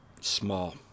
Small